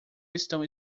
estão